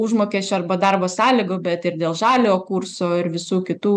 užmokesčio arba darbo sąlygų bet ir dėl žaliojo kurso ir visų kitų